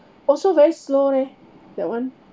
also very slow leh that one